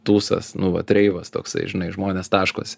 tūsas nu vat reivas toksai žinai žmonės taškosi